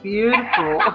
Beautiful